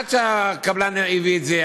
עד שהקבלן הביא את זה.